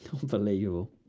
unbelievable